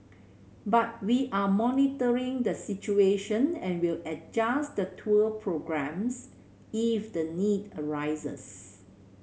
but we are monitoring the situation and will adjust the tour programmes if the need arises